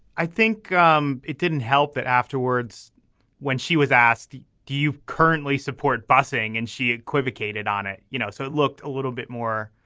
i think um it didn't help that afterwards when she was asked do you currently support busing and she equivocated on it. you know so it looked a little bit more.